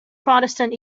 protestant